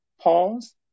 pause